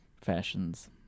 fashions